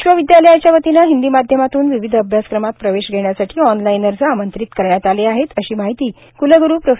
विश्वविद्यालयाच्या वतीने हिंदी माध्यमातून विविध अभ्यासक्रमात प्रवेश घेण्यासाठी ऑनलाईन अर्ज आमंत्रित करण्यात आले आहेत अशी माहिती क्लग्रू प्रो